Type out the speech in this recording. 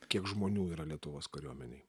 kiek žmonių yra lietuvos kariuomenėj